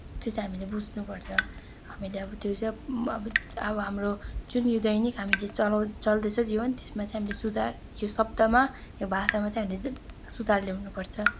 त्यो चाहिँ हामीले बुझ्नुपर्छ हामीले अब त्यो चाहिँ अब अब अब हाम्रो जुन यो दैनिक हामीले चलाउने चल्दैछ जीवन त्यसमा चाहिँ हामीले सुधार यो शब्दमा यो भाषामा चाहिँ हामीले चाहिँ सुधार ल्याउनुपर्छ